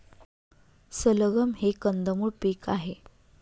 सलगम हे कंदमुळ पीक आहे